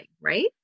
right